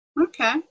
Okay